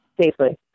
safely